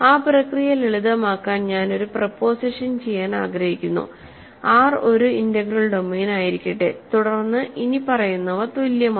ആ പ്രക്രിയ ലളിതമാക്കാൻ ഞാൻ ഒരു പ്രൊപോസിഷൻ ചെയ്യാൻ ആഗ്രഹിക്കുന്നു R ഒരു ഇന്റഗ്രൽ ഡൊമെയ്നായിരിക്കട്ടെ തുടർന്ന് ഇനിപ്പറയുന്നവ തുല്യമാണ്